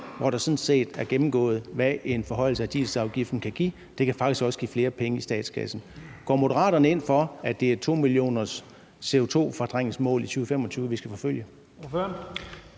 hvor der sådan set er gennemgået, hvad en forhøjelse af dieselafgiften kan give. Det kan faktisk også give flere penge i statskassen. Går Moderaterne ind for, at det er et 2-mio.-t-CO2-fortrængningsmål i 2025, vi skal forfølge?